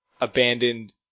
abandoned